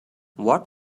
what